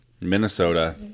Minnesota